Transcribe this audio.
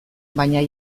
baina